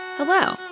Hello